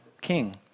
king